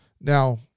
Now